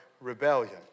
rebellion